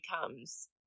becomes